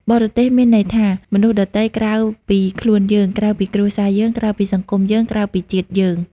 បរទេស មានន័យថា មនុស្សដទៃក្រៅពីខ្លួនយើង ក្រៅពីគ្រួសារយើង ក្រៅពីសង្គមយើង ក្រៅពីជាតិយើង។